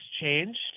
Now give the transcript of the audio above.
changed